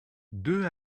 deux